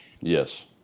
Yes